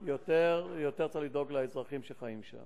יותר צריך לדאוג לאזרחים שחיים שם.